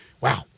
Wow